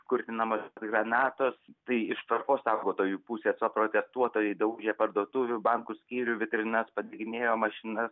kurtinamos granatos tai iš tvarkos saugotojų pusės o protestuotojai daužė parduotuvių bankų skyrių vitrinas padeginėjo mašinas